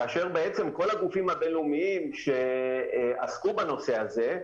כאשר כל הגופים הבינלאומיים שעסקו בנושא הזה,